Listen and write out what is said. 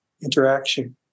interaction